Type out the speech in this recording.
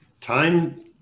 Time